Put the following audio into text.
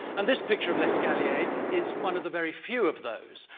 and this picture of l'escalier is one of the very few of those.